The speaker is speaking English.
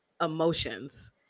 emotions